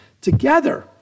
together